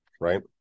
Right